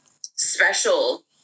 special